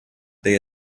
they